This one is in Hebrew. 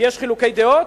יש חילוקי דעות?